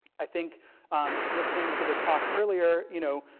i think listening to the talk earlier, you know,